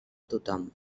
tothom